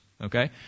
okay